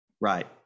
Right